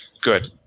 good